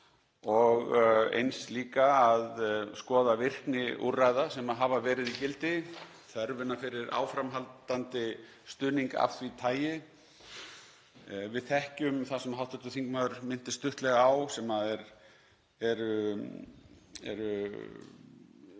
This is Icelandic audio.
og eins líka að skoða virkni úrræða sem hafa verið í gildi, þörfina fyrir áframhaldandi stuðning af því tagi. Við þekkjum það sem hv. þingmaður minntist stuttlega á sem eru